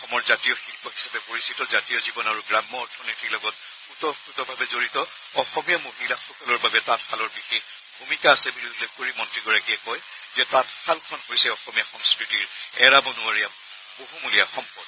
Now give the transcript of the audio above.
অসমৰ জাতীয় শিল্প হিচাপে পৰিচিত জাতীয় জীৱন আৰু গ্ৰাম্য অথনীতিৰ লগত ওতঃপ্ৰোতভাৱে জড়িত অসমীয়া মহিলাসকলৰ বাবে তাঁতশালৰ বিশেষ ভূমিকা আছে বুলি উল্লেখ কৰি মন্নীগৰাকীয়ে কয় যে তাঁতশালখন হৈছে অসমীয়া সংস্কৃতিৰ এৰাব নোৱাৰা বহুমূলীয়া সম্পদ